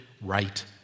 right